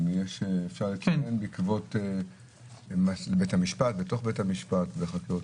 האם אפשר לצלם בתוך בית המשפט בחקירות?